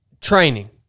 training